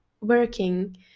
working